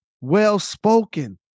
well-spoken